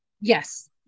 Yes